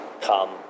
Come